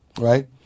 right